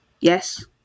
yes